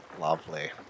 Lovely